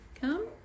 come